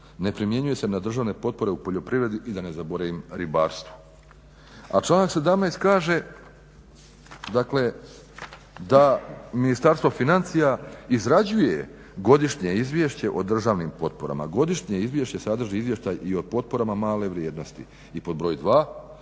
ne primjenjuje se na državne potpore u poljoprivredi i da ne zaboravim ribarstvu. A članak 17. kaže, dakle da Ministarstvo financija izrađuje godišnje izvješće o državnim potporama, godišnje izvješće sadrži izvještaj i o potporama male vrijednosti i pod broj